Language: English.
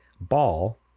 ball